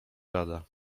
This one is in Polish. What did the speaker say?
rada